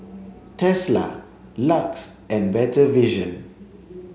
Tesla LUX and Better Vision